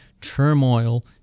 turmoil